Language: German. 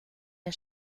der